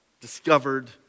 discovered